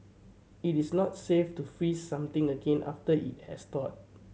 it is not safe to freeze something again after it has thawed